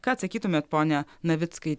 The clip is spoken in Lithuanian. ką atsakytumėt pone navickai